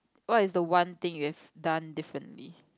what is the one thing you've done differently